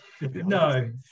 no